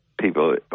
people